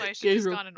Gabriel